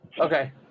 Okay